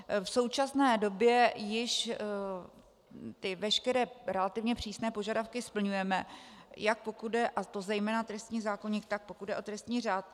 V současné době již veškeré relativně přísné požadavky splňujeme, jak pokud jde a to zejména o trestní zákoník, tak pokud jde o trestní řád.